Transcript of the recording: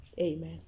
Amen